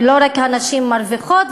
ולא רק הנשים מרוויחות.